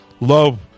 Love